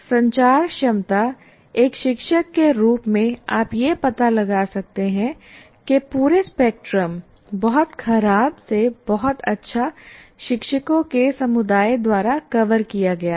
संचार क्षमता एक शिक्षक के रूप में आप यह पता लगा सकते हैं कि पूरे स्पेक्ट्रम बहुत खराब से बहुत अच्छा शिक्षकों के समुदाय द्वारा कवर किया गया है